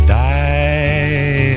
die